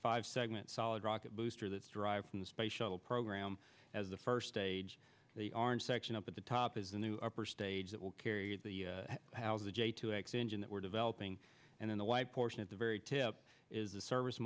five segment solid rocket booster that's derived from the space shuttle program as the first stage they are in section up at the top is the new upper stage that will carry the house the j two x engine that we're developing and then the y portion at the very tip is the service